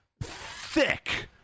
thick